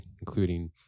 including